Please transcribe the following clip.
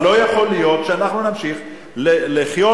אבל לא יכול להיות שאנחנו נמשיך לחיות